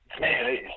man